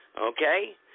Okay